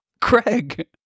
Craig